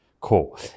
cool